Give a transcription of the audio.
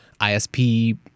ISP